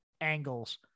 angles